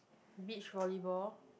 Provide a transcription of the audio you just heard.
beach volleyball